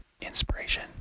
Inspiration